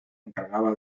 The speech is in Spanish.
encargaba